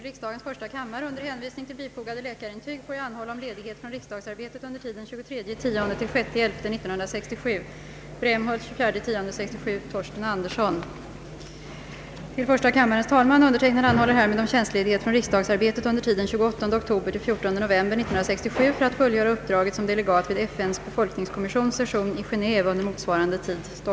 »Anser Statsrådet att sådana erfarenheter föreligger, att de numera hävdvunna fria avtalsförhandlingarna bör bli föremål för ingrepp från statsmakternas sida?» Undertecknad anhåller härmed om tjänstledighet från riksdagsarbetet under tiden den 28 oktober—den 14 november 1967 för att fullgöra uppdraget som delegat vid FN:s befolkningskommissions session i Genéve under motsvarande tid.